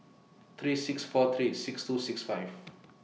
three six four three six two six five